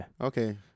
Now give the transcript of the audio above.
Okay